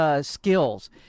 skills